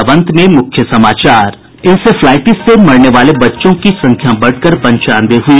और अब अंत में मुख्य समाचार इंसेफ्लाईटिस से मरने वाले बच्चों की संख्या बढ़कर पचानवे हुई